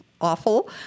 awful